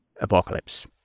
apocalypse